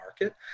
market